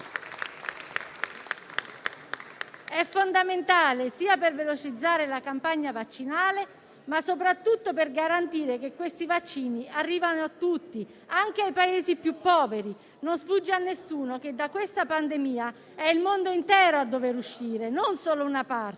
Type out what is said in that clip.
È fondamentale sia per velocizzare la campagna vaccinale sia soprattutto per garantire che i vaccini arrivino a tutti, anche ai Paesi più poveri. Non sfugge a nessuno che da questa pandemia è il mondo intero a dover uscire, e non solo una parte,